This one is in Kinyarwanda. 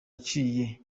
yaciye